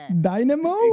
Dynamo